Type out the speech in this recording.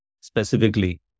specifically